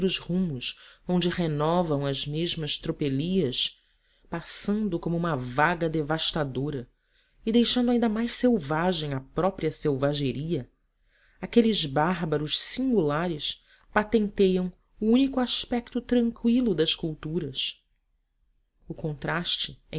rumos onde renovam as mesmas tropelias passando como uma vaga devastadora e deixando ainda mais selvagem a própria selvageria aqueles bárbaros singulares patenteiam o único aspeto tranqüilo das culturas o contraste